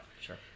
Sure